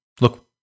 look